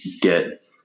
get